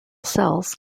cells